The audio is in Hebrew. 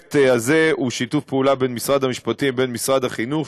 הפרויקט הזה הוא שיתוף פעולה של משרד המשפטים ומשרד החינוך,